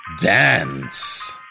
dance